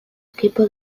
kepa